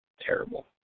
Terrible